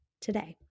today